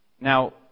Now